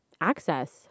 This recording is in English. access